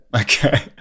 Okay